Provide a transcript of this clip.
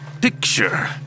picture